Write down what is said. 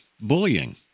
bullying